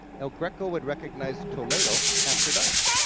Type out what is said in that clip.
el greco would recognize toledo after dark.